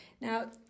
Now